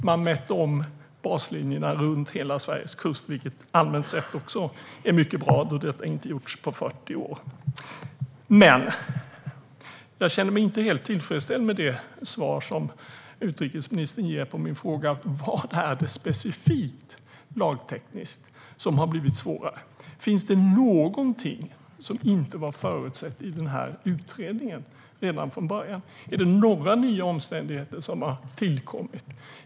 Man mätte om baslinjerna runt hela Sveriges kust, vilket allmänt sett också är mycket bra då detta inte har gjorts på 40 år. Men jag känner mig inte helt tillfredsställd med svaret som utrikesministern ger på min fråga om vad det specifikt är som lagtekniskt har blivit svårare. Finns det någonting som inte förutsågs redan från början i utredningen? Har några nya omständigheter tillkommit?